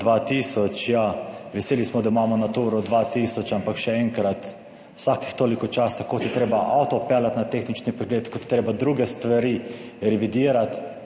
veseli smo, da imamo Naturo 2000, ampak še enkrat, vsake toliko časa kot je treba avto peljati na tehnični pregled, kot je treba druge stvari revidirati,